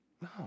No